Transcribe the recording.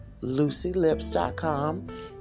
lucylips.com